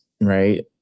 right